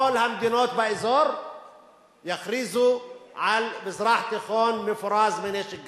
כל המדינות באזור יכריזו על מזרח תיכון מפורז מנשק גרעיני.